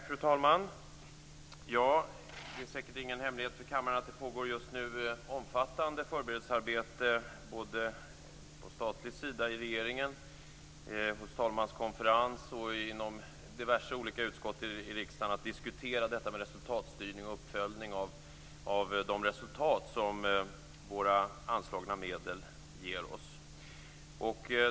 Fru talman! Det är säkert ingen hemlighet för kammaren att det just nu pågår ett omfattande förberedelsearbete på den statliga sidan, i regeringen, hos talmanskonferensen och inom diverse olika utskott i riksdagen. Man diskuterar resultatstyrning och uppföljning av de resultat som våra anslagna medel ger oss.